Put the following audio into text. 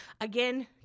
Again